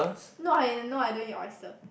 no I don't I don't eat oyster